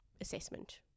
assessment